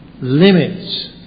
limits